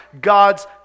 God's